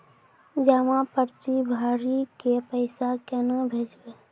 जमा पर्ची भरी के पैसा केना भेजबे?